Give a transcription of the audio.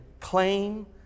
claim